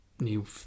new